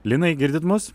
linai girdit mus